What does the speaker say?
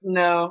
no